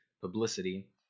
publicity